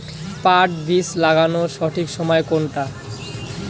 পাট বীজ লাগানোর সঠিক সময় কোনটা?